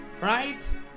right